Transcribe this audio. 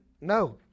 No